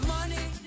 Money